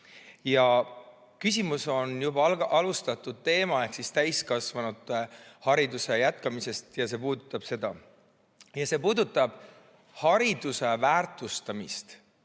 Küsimus on juba alustatud teemas ehk täiskasvanute haridustee jätkamises. See puudutab seda ja see puudutab hariduse väärtustamist